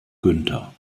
günther